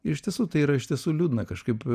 iš tiesų tai yra iš tiesų liūdna kažkaip